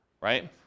Right